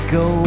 go